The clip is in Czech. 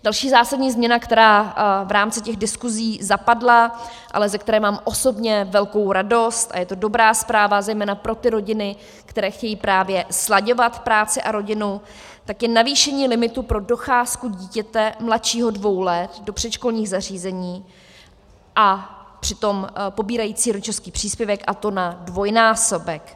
Další zásadní změna, která v rámci těch diskusí zapadla, ale ze které mám osobně velkou radost, a je to dobrá zpráva zejména pro ty rodiny, které chtějí právě slaďovat práci a rodinu, je navýšení limitu pro docházku dítěte mladšího dvou let do předškolních zařízení a přitom pobírající rodičovský příspěvek, a to na dvojnásobek.